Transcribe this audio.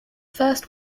first